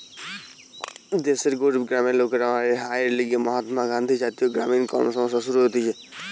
দেশের গরিব গ্রামের লোকের আয়ের লিগে মহাত্মা গান্ধী জাতীয় গ্রামীণ কর্মসংস্থান শুরু হতিছে